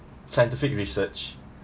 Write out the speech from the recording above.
scientific research